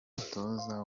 umutoza